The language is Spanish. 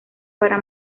para